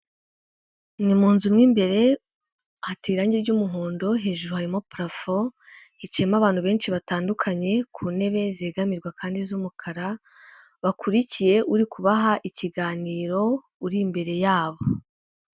Ni mu nzu mo imbere hateye irangi ry'umuhondo, hejuru harimo parafo hicayemo abantu benshi batandukanye ku ntebe zegamirwa kandi z'umukara bakurikiye uri kubaha ikiganiro uri imbere yabo.